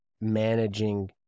managing